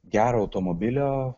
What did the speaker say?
gero automobilio